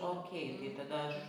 okei tai tada aš